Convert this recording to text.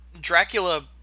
Dracula